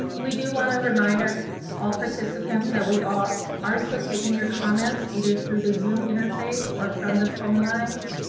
we do want to remind our all participants that we are still taking your comments, either through the zoom interface or from the phone lines.